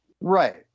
Right